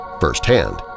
firsthand